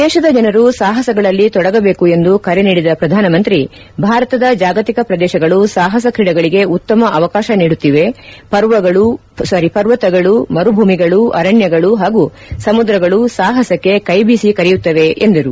ದೇಶದ ಜನರು ಸಾಹಸಗಳಲ್ಲಿ ತೊಡಗಬೇಕು ಎಂದು ಕರೆ ನೀಡಿದ ಪ್ರಧಾನಮಂತ್ರಿ ಭಾರತದ ಜಾಗತಿಕ ಪ್ರದೇಶಗಳು ಸಾಹಸ ಕ್ರೀಡೆಗಳಿಗೆ ಉತ್ತಮ ಅವಕಾಶ ನೀಡುತ್ತಿವೆ ಪರ್ವತಗಳು ಮರುಭೂಮಿಗಳು ಅರಣ್ಯಗಳು ಹಾಗೂ ಸಮುದ್ರಗಳು ಸಾಹಸಕ್ಕೆ ಕೈಬೀಸಿ ಕರೆಯುತ್ತವೆ ಎಂದರು